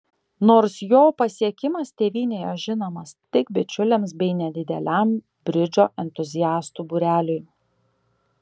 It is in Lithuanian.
nors jo pasiekimas tėvynėje žinomas tik bičiuliams bei nedideliam bridžo entuziastų būreliui